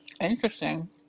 interesting